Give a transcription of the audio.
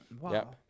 Wow